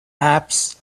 apps